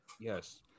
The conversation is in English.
Yes